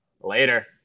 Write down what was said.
Later